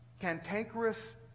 cantankerous